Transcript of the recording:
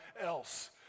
else